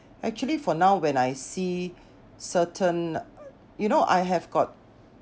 actually for now when I see certain you know I have got